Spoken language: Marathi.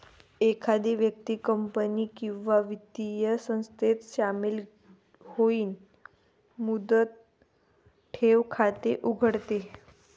एखादी व्यक्ती कंपनी किंवा वित्तीय संस्थेत शामिल होऊन मुदत ठेव खाते उघडते